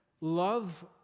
love